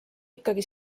ikkagi